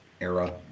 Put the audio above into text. era